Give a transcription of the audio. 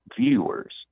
viewers